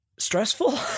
stressful